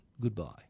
goodbye